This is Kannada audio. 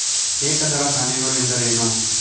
ಏಕದಳ ಧಾನ್ಯಗಳು ಎಂದರೇನು?